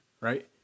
right